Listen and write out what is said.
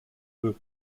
veut